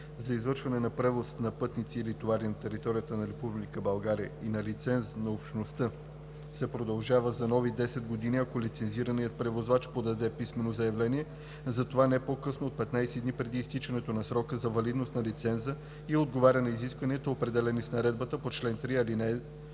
за извършване на превоз на пътници или товари на територията на Република България и на лиценз на Общността се продължава за нови 10 години, ако лицензираният превозвач подаде писмено заявление за това не по-късно от 15 дни преди изтичането на срока на валидност на лиценза и отговаря на изискванията, определени с наредбата по чл. 7, ал. 3.“